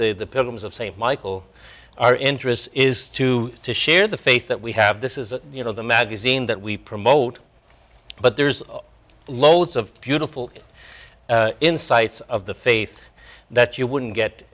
what the pilgrims of st michael our interest is to share the faith that we have this is you know the magazine that we promote but there's loads of beautiful insights of the faith that you wouldn't get